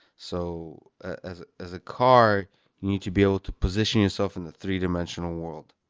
so as as a car, you need to be able to position yourself in the three dimensional world.